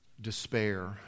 despair